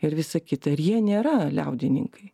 ir visa kita ir jie nėra liaudininkai